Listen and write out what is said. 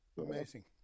Amazing